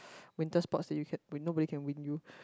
winter sports that you can when nobody can win you